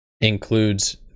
includes